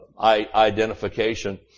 identification